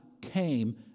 came